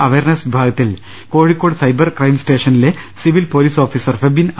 awareness വിഭാഗത്തിൽ Kozhikode cyber ക്രൈംസ്റ്റേഷനിലെ civil police officer Febin K